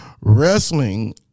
wrestling